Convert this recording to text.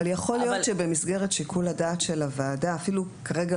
אבל יכול להיות שבמסגרת שיקול הדעת של הוועדה אפילו שכרגע